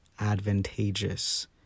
advantageous